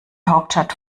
hauptstadt